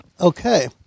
Okay